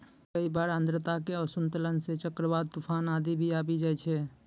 कई बार आर्द्रता के असंतुलन सं चक्रवात, तुफान आदि भी आबी जाय छै